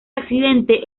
accidente